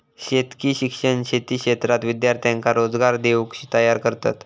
शेतकी शिक्षण शेती क्षेत्रात विद्यार्थ्यांका रोजगार देऊक तयार करतत